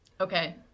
okay